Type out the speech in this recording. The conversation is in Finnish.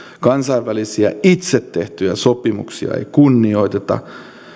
kansainvälisiä itse tehtyjä sopimuksia ei kunnioiteta